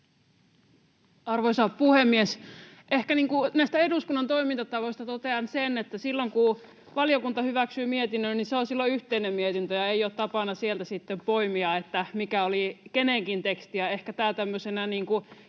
Arvoisa puhemies! Ehkä näistä eduskunnan toimintatavoista totean sen, että silloin kun valiokunta hyväksyy mietinnön, se on yhteinen mietintö, ja ei ole tapana sieltä sitten poimia, mikä oli kenenkin tekstiä. Ehkä tämä tämmöisenä